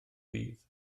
bydd